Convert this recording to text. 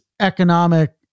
economic